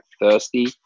thirsty